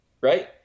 right